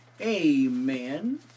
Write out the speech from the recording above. Amen